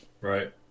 right